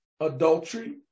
Adultery